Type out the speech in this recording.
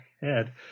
head